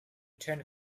turned